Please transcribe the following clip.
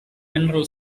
mineral